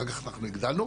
אחר כך אנחנו הגדלנו.